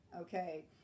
okay